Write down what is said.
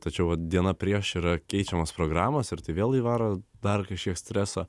tačiau diena prieš yra keičiamos programos ir tai vėl įvaro dar kažkiek streso